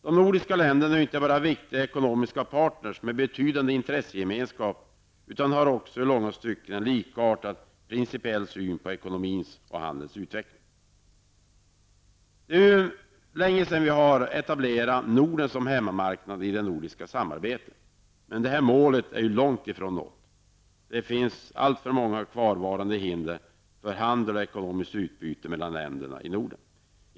De nordiska länderna är inte bara viktiga ekonomiska partners med en betydande intressegemenskap, utan de har också i långa stycken en likartad principiell syn på ekonomins och handelns utveckling. Det var länge sedan som Norden som hemmamarknad etablerades som ett mål i det nordiska samarbetet, men detta mål är långt ifrån uppnått. Det finns alltför många kvarvarande hinder för handel och ekonomisk utbyte mellan länderna i Norden.